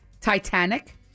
Titanic